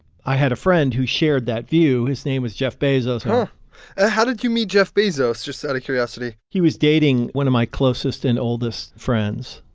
i had a friend who shared that view. his name was jeff bezos and ah how did you meet jeff bezos, just out of curiosity? he was dating one of my closest and oldest friends.